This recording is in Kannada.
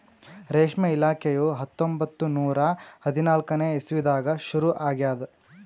ರೇಷ್ಮೆ ಇಲಾಖೆಯು ಹತ್ತೊಂಬತ್ತು ನೂರಾ ಹದಿನಾಲ್ಕನೇ ಇಸ್ವಿದಾಗ ಶುರು ಆಗ್ಯದ್